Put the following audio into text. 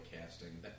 casting